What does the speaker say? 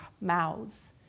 mouths